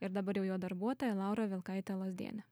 ir dabar jau jo darbuotoja laura vilkaitė lozdienė